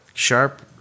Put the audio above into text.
sharp